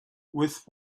with